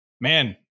man